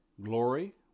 glory